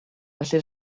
felly